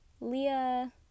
Leah